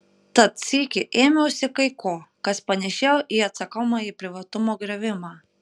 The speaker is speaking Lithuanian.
tad sykį ėmiausi kai ko kas panėšėjo į atsakomąjį privatumo griovimą